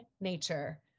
nature